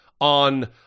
on